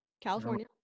California